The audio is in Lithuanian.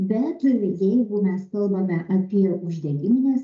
bet jeigu mes kalbame apie uždegimines